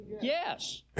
Yes